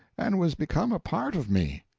and was become a part of me.